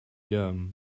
dumb